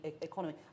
economy